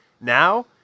Now